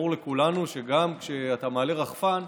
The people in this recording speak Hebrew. ברור לכולנו שגם כשאתה מעלה רחפן,